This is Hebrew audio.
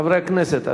חברי הכנסת,